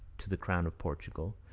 to the crown of portugal,